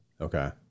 Okay